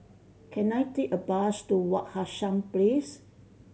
can I take a bus to Wak Hassan Place